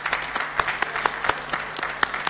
(מחיאות כפיים)